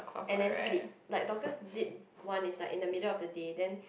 and then sleep like Dockers did one is like in the middle of the day then